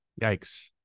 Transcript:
Yikes